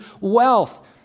wealth